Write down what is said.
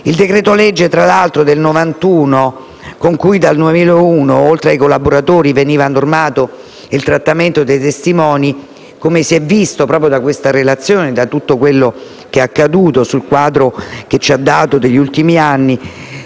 Il decreto-legge n. 8 del 1991, con cui, a partire dal 2001, oltre ai collaboratori veniva normato il trattamento dei testimoni, come si è visto da questa relazione e da tutto quello che è accaduto nel quadro che ci è stato dato degli ultimi anni,